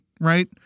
right